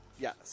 yes